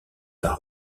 par